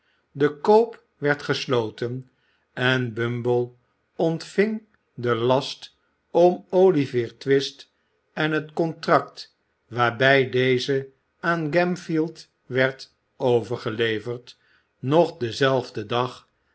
de koop werd gesloten en bumble ontving den last om olivier twist en het contract waarbij deze aan gamfield werd overgeleverd nog denzelfden dag